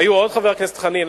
היו עוד, חבר הכנסת חנין.